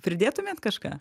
pridėtumėt kažką